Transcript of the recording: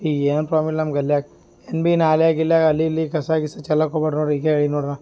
ಈಗ ಏನು ಪ್ರಾಬ್ಲಮ್ ಇಲ್ಲಿ ನಮ್ಮ ಗಲ್ಯಾಗೆ ಏನು ಬಿ ನಾಲ್ಯಾಗ ಇಲ್ಲೇ ಅಲ್ಲಿ ಇಲ್ಲಿ ಕಸ ಗಿಸ ಚೆಲ್ಲೋಕ್ ಹೋಗ್ಬೇಡಿ ನೋಡ್ರಿ ಈಗೆ ಹೇಳಿದೆ ನೋಡ್ರಿ